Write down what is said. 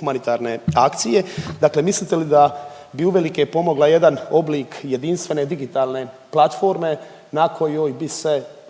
humanitarne akcije, dakle mislite li da bi uvelike pomogla jedan oblik jedinstvene digitalne platforme na kojoj bi se